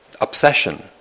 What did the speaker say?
obsession